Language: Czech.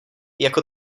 jako